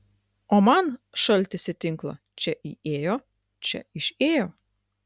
o man šaltis į tinklą čia įėjo čia išėjo